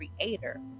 creator